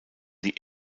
die